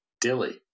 Dilly